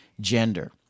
gender